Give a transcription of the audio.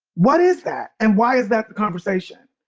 what is that? and why is that the conversation?